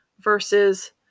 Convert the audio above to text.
versus